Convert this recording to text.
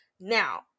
Now